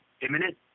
imminent